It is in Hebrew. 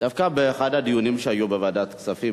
דווקא באחד הדיונים שהיו בוועדת הכספים